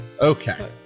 Okay